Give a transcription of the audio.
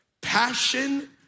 Passion